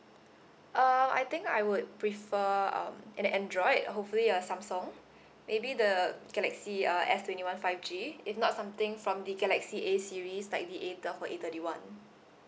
uh I think I would prefer um an Android hopefully a Samsung maybe the galaxy uh S twenty one five G if not something from the galaxy A series like the A twelve or A thirty one